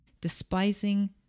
despising